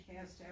cast